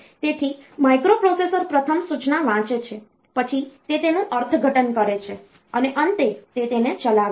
તેથી માઇક્રોપ્રોસેસર પ્રથમ સૂચના વાંચે છે પછી તે તેનું અર્થઘટન કરે છે અને અંતે તે તેને ચલાવે છે